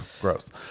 Gross